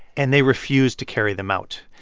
and they refused to carry them out.